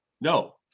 no